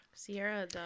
Sierra